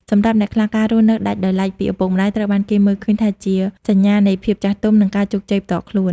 សម្រាប់អ្នកខ្លះ ការរស់នៅដាច់ដោយឡែកពីឪពុកម្តាយ ត្រូវបានគេមើលឃើញថាជាសញ្ញានៃភាពចាស់ទុំ និងជោគជ័យផ្ទាល់ខ្លួន។